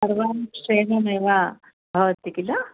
सर्वां श्रेनमेव भवति किल